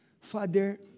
Father